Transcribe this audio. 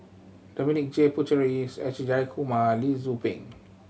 Dominic J Puthucheary S Jayakumar Lee Tzu Pheng